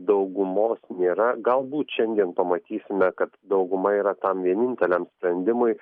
daugumos nėra galbūt šiandien pamatysime kad dauguma yra tam vieninteliam sprendimui